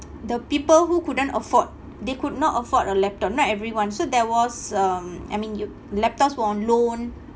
the people who couldn't afford they could not afford a laptop not everyone so there was um I mean you laptops were on loan